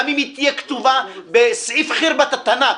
גם אם היא תהיה כתובה בסעיף חרבת א-טנאק,